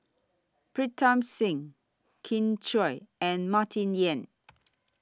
Pritam Singh Kin Chui and Martin Yan